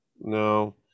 No